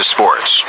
Sports